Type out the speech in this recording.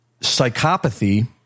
psychopathy